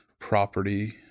property